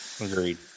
Agreed